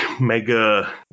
mega